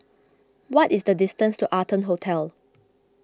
what is the distance to Arton Hotel